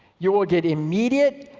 you'll get immediate,